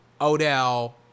Odell